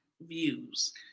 views